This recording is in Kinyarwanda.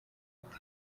gute